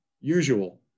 usual